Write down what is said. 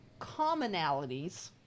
commonalities